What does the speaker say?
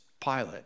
Pilate